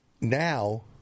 Now